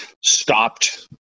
stopped